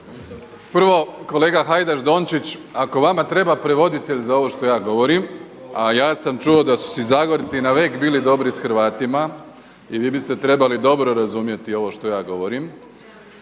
Prvo kolega Hajdaš Dončić ako vama treba prevoditelj za ovo što ja govorim, a ja sam čuo da su si Zagorci navek bili dobri s Hrvatima i vi biste trebali dobro razumjeti ovo što ja govorim,